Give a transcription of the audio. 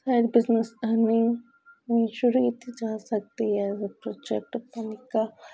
ਮਨਪਸੰਦ ਅਰਨਿੰਗਸ ਸ਼ੁਰੂ ਕੀਤੀ ਜਾ ਸਕਦੀ ਆ ਪ੍ਰੋਜੈਕਟ ਆਪਣਾ ਨਿੱਕਾ